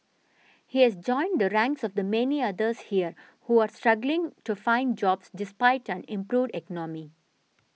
he has joined the ranks of the many others here who are struggling to find jobs despite an improved economy